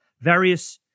various